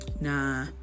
nah